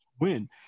win